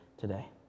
today